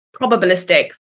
probabilistic